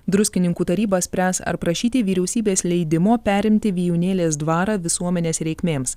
druskininkų taryba spręs ar prašyti vyriausybės leidimo perimti vijūnėlės dvarą visuomenės reikmėms